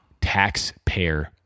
taxpayer